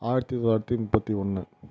ஆயிரத்து தொள்ளாயிரத்து முப்பத்து ஒன்று